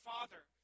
Father